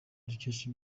dukesha